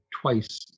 twice